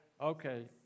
Okay